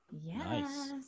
Yes